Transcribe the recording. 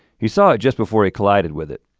he saw it just before he collided with it.